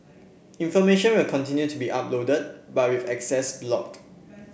information will continue to be uploaded but with access blocked